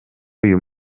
uyu